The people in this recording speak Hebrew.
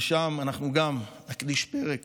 ושם אנחנו גם נקדיש פרק